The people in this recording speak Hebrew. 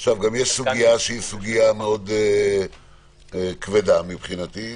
וגם יש סוגיה כבדה מבחינתי,